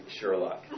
Sherlock